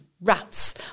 rats